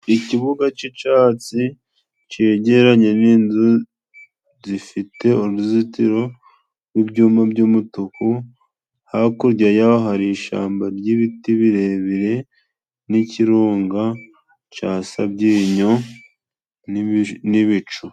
Ikibuga c'icatsi cegeranye n'inzu zifite uruzutiro rw'ibyuma by'umutuku, hakurya ya ho hari ishamba ry'ibiti birebire, n'ikirunga cya Sabyinyo n'ibicu.